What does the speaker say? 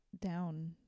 down